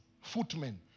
footmen